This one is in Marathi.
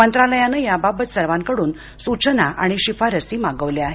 मंत्रालयानं याबाबत सर्वांकडून सूचना आणि शिफारसी मागवल्या आहेत